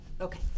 Okay